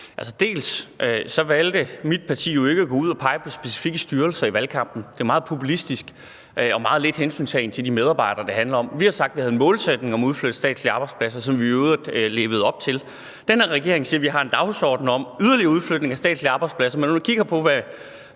parti valgte jo ikke at gå ud og pege på specifikke styrelser under valgkampen. Det er meget populistisk at gøre det, og deri er der meget lidt hensyntagen til de medarbejdere, det handler om. Vi har sagt, at vi havde en målsætning for at udflytte statslige arbejdspladser, og den målsætning levede vi i øvrigt op til. Den her regering siger, at de har en dagsorden om yderligere udflytning af statslige arbejdspladser, men når man kigger på,